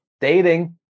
dating